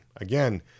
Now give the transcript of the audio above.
Again